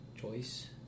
Choice